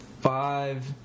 five